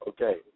Okay